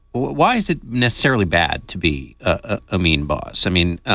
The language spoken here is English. why is it necessarily bad to be a mean boss? i mean,